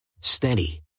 Steady